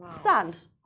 Sand